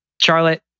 Charlotte